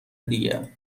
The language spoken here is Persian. دیگه